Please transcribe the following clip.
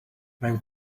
mewn